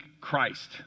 Christ